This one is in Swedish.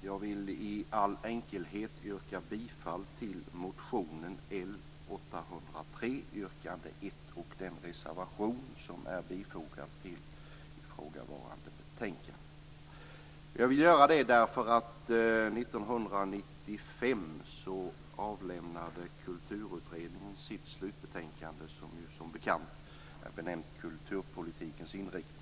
Jag vill i all enkelhet yrka bifall till motionen L803, yrkande ett, och till den reservation som är fogad till ifrågavarande betänkande. Jag vill göra det därför att 1995 avlämnade kulturutredningen sitt slutbetänkande som bekant är benämnt Kulturpolitikens inriktning.